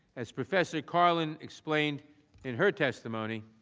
as professor carlin explained in her testimony.